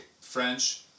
French